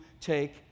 take